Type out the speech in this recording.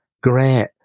great